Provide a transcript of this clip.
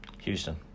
Houston